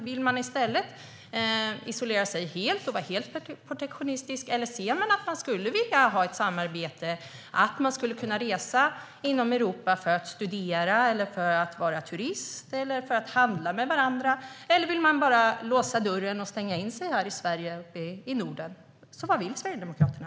Vill man i stället isolera sig helt och vara helt protektionistisk, eller ser man att man skulle vilja ha ett samarbete, att man skulle kunna resa inom Europa för att studera, vara turist eller handla med varandra, eller vill man bara låsa dörren och stänga in sig här i Sverige och i Norden? Vad vill Sverigedemokraterna?